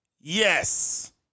Yes